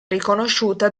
riconosciuta